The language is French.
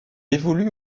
évolue